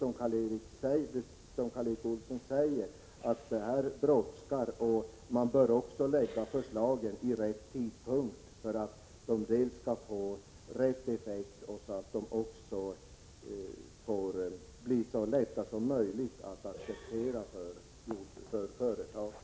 Förslagen måste läggas fram vid rätt tidpunkt för att det skall bli en riktig effekt och för att de skall bli så lätta att acceptera som möjligt för företagen. Kammaren övergick till att debattera avsnittet skogsbruk.